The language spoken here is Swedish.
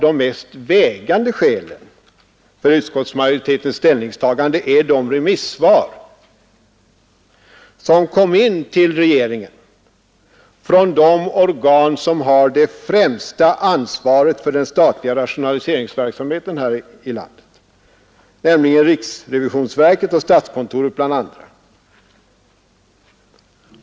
De mest vägande skälen för utskottsmajoritetens ställningstagande är de remissvar som kommit in till regeringen från de organ som har det främsta ansvaret för den statliga rationaliseringsverksamheten här i landet, nämligen riksrevisionsverket och statskontoret bland andra.